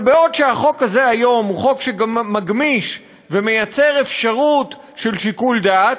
אבל בעוד החוק הזה היום הוא חוק שגם מגמיש ויוצר אפשרות של שיקול דעת,